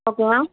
okay ma'am